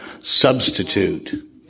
substitute